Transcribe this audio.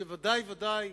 שוודאי וודאי